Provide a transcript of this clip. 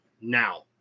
now